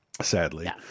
sadly